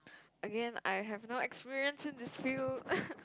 Again I have no experience in this field